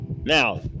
Now